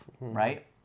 right